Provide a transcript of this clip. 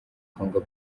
congo